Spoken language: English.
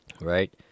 right